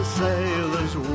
sailor's